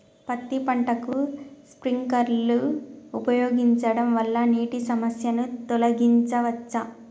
పత్తి పంటకు స్ప్రింక్లర్లు ఉపయోగించడం వల్ల నీటి సమస్యను తొలగించవచ్చా?